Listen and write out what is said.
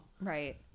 Right